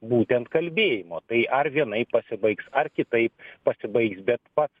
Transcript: būtent kalbėjimo tai ar vienaip pasibaigs ar kitaip pasibaigs bet pats